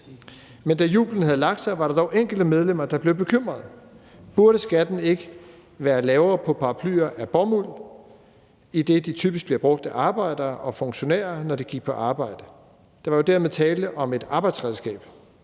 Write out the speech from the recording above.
Men da jublen havde lagt sig, var der dog enkelte medlemmer, der blev bekymrede. Burde skatten ikke være lavere på paraplyer af bomuld, idet de typisk blev brugt af arbejdere og funktionærer, når de gik på arbejde? Der var jo dermed tale om et arbejdsredskab.